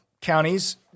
Counties